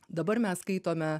dabar mes skaitome